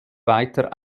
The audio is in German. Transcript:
weiter